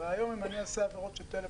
הרעיון אם אני אעשה עבירות של טלפון,